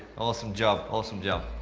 awesome job, awesome job.